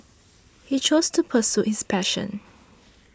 he chose to pursue his passion